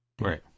Right